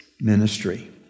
ministry